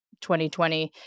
2020